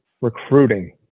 recruiting